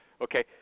Okay